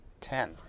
ten